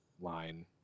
line